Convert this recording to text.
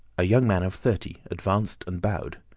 a young man of thirty advanced and bowed.